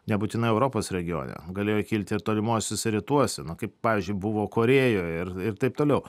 nebūtinai europos regione galėjo kilti ir tolimuosiuose rytuose kaip pavyzdžiui buvo korėjoje ir ir taip toliau